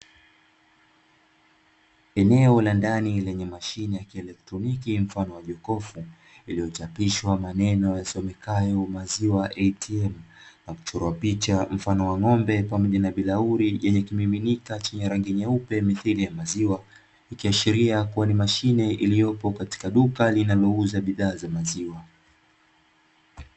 Eneo la ndani lenye mashine ya kielektroniki mfano wa jokofu, iliochapishwa maneno yasomekayo "maziwa ATM", na kuchora picha mfano wa ng'ombe, pamoja na bilauri lenye kimiminika chenye rangi nyeupe mithili ya maziwa, ikiashiria kuwa ni mashine iliyopo katika duka linalouza bidhaa za maziwa.